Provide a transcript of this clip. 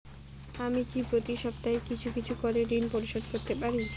আমি কি প্রতি সপ্তাহে কিছু কিছু করে ঋন পরিশোধ করতে পারি?